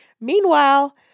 meanwhile